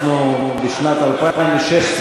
הזה.